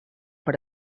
per